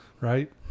right